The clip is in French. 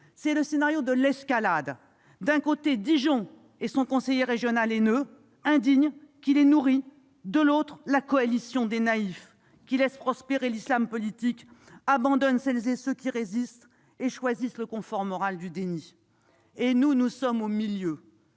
C'est le scénario de l'escalade : d'un côté, Dijon et son conseiller régional haineux, indigne, qui la nourrit ; de l'autre, la coalition des naïfs qui laissent prospérer l'islam politique, abandonnent celles et ceux qui résistent et choisissent le confort moral du déni. Et nous, mes chers